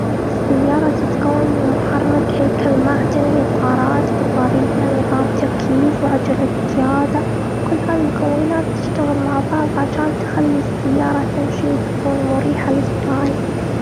السيارة تتكون من محرك هيكل معدني، اطارات، بطاريه، نظام تكييف، وعجلة قيادة. كل هذه المكونات تشتغل مع بعض عشان تخلي السياره تمشي وتكون مريحه للسايق.